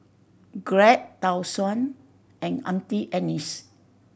Glad Tai Sun and Auntie Anne's